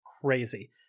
crazy